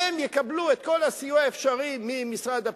הם יקבלו את כל הסיוע האפשרי ממשרד הפנים.